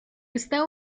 está